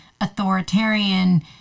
authoritarian